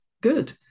good